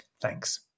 Thanks